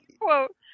quote